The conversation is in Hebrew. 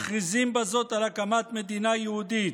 מכריזים בזאת על הקמת מדינה יהודית.